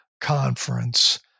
conference